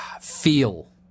feel